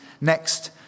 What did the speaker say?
next